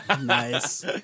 Nice